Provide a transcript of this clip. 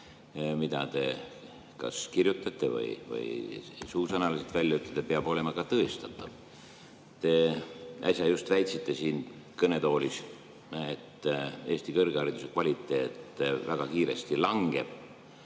mida te kirjutate või suusõnaliselt välja ütlete, peab olema tõestatav. Te äsja väitsite siin kõnetoolis, et Eesti kõrghariduse kvaliteet väga kiiresti langeb.